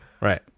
Right